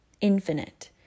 infinite